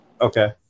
Okay